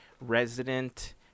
resident